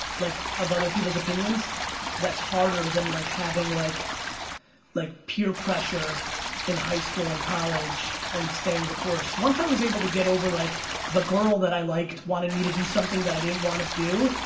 like of other people's opinions that's harder than like having like like peer pressure in high school and college and staying the course. once i was able to get over like the girl that i liked wanted me to do something that i didn't want to do,